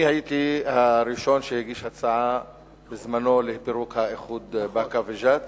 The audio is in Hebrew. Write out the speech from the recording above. אני הייתי הראשון שהגיש הצעה לפירוק האיחוד של באקה וג'ת